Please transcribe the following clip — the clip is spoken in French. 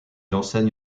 enseigne